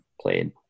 played